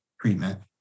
treatment